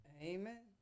Amen